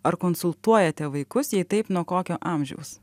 ar konsultuojate vaikus jei taip nuo kokio amžiaus